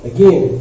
Again